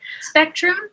spectrum